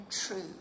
true